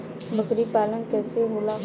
बकरी पालन कैसे होला?